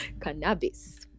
cannabis